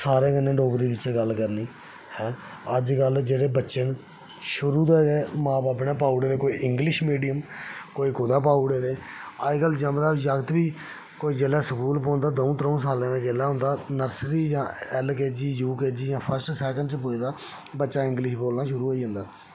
सारें कन्नें डोगरी बिच्च गल्ल करनी ऐंं अज्जकल जेह्ड़े बच्चे न शुरु च म'ऊं बब्बै ने पाई उड़े दा कोई इंग्लिश मीडियम कोई कुतै पाई उड़े दा अज्जकल जमदा जागत गी जेल्लै द'ऊं त्र'ऊं ब'रें दा होंदा नर्सरी जां एल के जी जां यू के जी जां फस्ट सैकंड च पुजदा बच्चा इंग्लिश बोलना शुरु होई जंदा